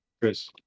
Chris